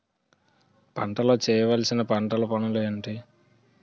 పంటలో చేయవలసిన పంటలు పనులు ఏంటి?